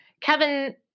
Kevin